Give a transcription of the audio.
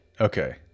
Okay